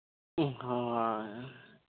ᱦᱮᱸ ᱦᱳᱭ